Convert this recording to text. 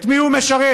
את מי הוא משרת?